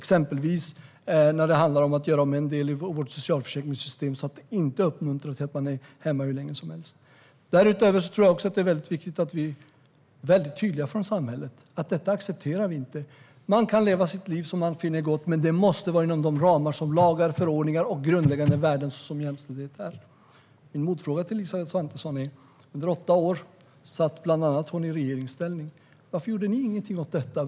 Det handlar exempelvis om att göra om en del i vårt socialförsäkringssystem, så att det inte uppmuntrar att man är hemma hur länge som helst. Jag tror också att det är viktigt att vi är väldigt tydliga från samhället med att vi inte accepterar detta. Man kan leva sitt liv så som man finner gott, men det måste vara inom de ramar som lagar, förordningar och grundläggande värden, såsom jämställdhet, är. Jag har en motfråga till Elisabeth Svantesson. Under åtta år satt bland annat hon i regeringsställning. Varför gjorde ni ingenting åt detta?